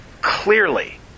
clearly